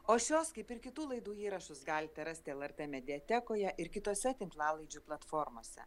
o šios kaip ir kitų laidų įrašus galite rasti lrt mediatekoje ir kitose tinklalaidžių platformose